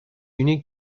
unique